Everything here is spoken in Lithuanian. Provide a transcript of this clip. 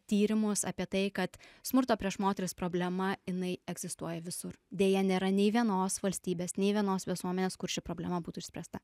tyrimus apie tai kad smurto prieš moteris problema jinai egzistuoja visur deja nėra nei vienos valstybės nei vienos visuomenės kur ši problema būtų išspręsta